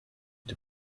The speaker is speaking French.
des